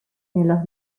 nella